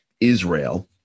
Israel